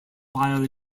while